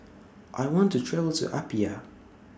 I want to travel to Apia